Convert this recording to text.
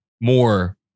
more